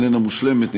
איננה מושלמת.